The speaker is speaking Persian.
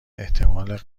احتمال